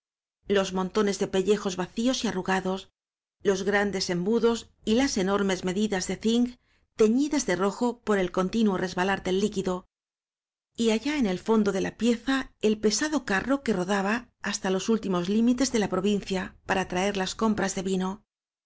los montones de pellejos vacíos y arrugados los grandes embudos y las enor mes medidas de zinc teñidas de rojo por el continuo resbalar del líquido y allá en el fon do de la pieza el pesado carro que rodaba hasta los últimos límites de la provincia para traer las compras de vino